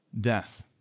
death